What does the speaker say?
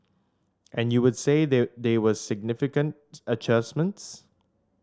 and would you say they they were significant adjustments